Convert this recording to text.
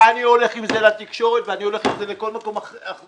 ואני הולך עם זה לתקשורת ואני הולך עם זה לכל מקום אפשרי,